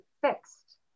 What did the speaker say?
fixed